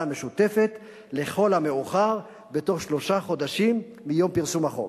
המשותפת לכל המאוחר בתוך שלושה חודשים מיום פרסום החוק.